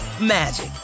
magic